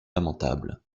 lamentable